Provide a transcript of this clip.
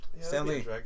Stanley